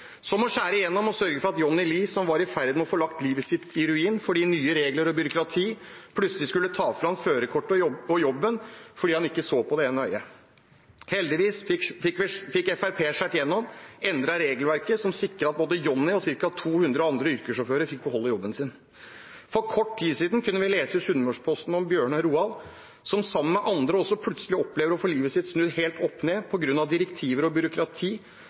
skjære igjennom og sørge for at Johnny Lie, som var i ferd med å få lagt livet sitt i ruiner fordi nye regler og byråkrati plutselig skulle ta fra ham førerkortet og jobben fordi han ikke så på det ene øyet. Heldigvis fikk Fremskrittspartiet skåret igjennom og endret regelverket, noe som sikret at både Johnny og ca. 200 andre yrkessjåfører fikk beholde jobben sin. For kort tid siden kunne vi lese i Sunnmørsposten om Bjørnar Roald, som, sammen med andre, også plutselig opplever å få livet sitt snudd helt opp ned på grunn av direktiver og byråkrati